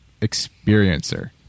experiencer